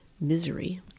misery